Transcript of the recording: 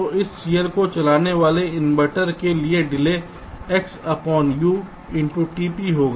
तो इस CL को चलाने वाले इनवर्टर के लिए डिले XU tp होगा